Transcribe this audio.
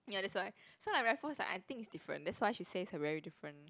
ya that's why so like Raffles like I think it's different that's why she says a very different